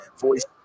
voice